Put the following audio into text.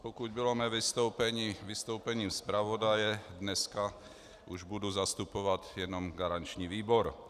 Pokud bylo mé vystoupení vystoupením zpravodaje, dneska už budu zastupovat jenom garanční výbor.